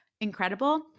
incredible